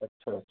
अच्छा अच्छा